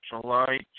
July